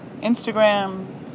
Instagram